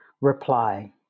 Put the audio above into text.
Reply